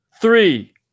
Three